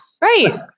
Right